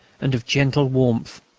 and of gentle warmth.